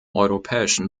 europäischen